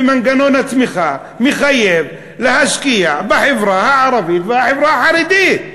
ומנגנון הצמיחה מחייב להשקיע בחברה הערבית ובחברה החרדית.